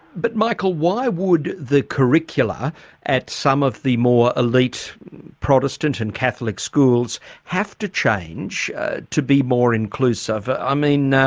but michael, why would the curricula at some of the more elite protestant and catholic schools have to change to be more inclusive? i mean,